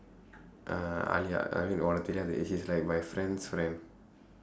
ah alia I mean உனக்கு தெரியாது:unakku theriyaathu she's like my friend's friend